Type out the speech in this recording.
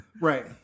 Right